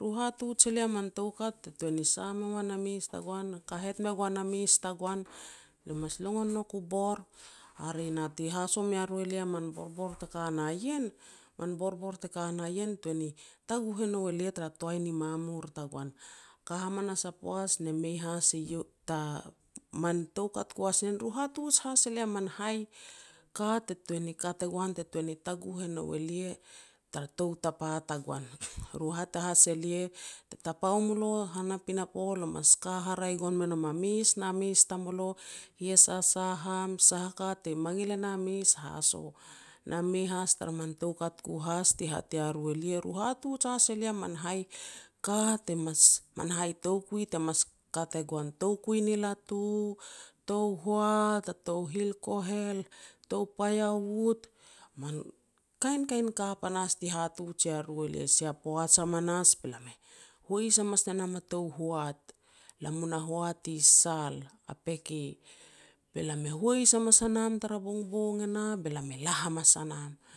Ru hatuj e lia man toukat te tuan ni sah me goan a mes tagoan, kahet me goan a mes tagoan, lia mas longon nouk u bor, hare na ti haso mea ru e lia min borbor te ka na ien, min borbor te ka na ien tuan ni taguh e nou elia tara toai ni mamur tagoan. Ka hamanas a poaj ne mei has eiou man toukat ku has ni ien, ru hatuj has e lia man hai ka te tuan ni kat e goan, te tuan ni taguh e nou e lia tar tou tapa tagoan. Ru hat has e lia te tapa ua mulo han a pinapo lo mas ka haraeh gon me nom a mes na mes tamulo, hiasasah am, sah a ka te mangil e na mes haso. Ne mei has tara min tou kat ku has ti hat ya ru elia, ru hatuj has elia man hai ka te mas, man hai toukui te mas kat e goan. Toukui ni latu, tou hoat, a tou hil kohel, tou paiawut, man kain kain ka panahas, ti hatuj ia ru elia. Sia poaj hamanas be lam e hois hamanas ne nam a tou hoat. Lam mu na hoat i Sal, a peke, be lam hois hamas a nam tara bongbong e nah, be lam e la hamas a nam.